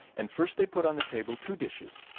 and first they put on the table two dishes,